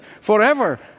forever